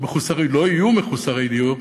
מחוסרי דיור,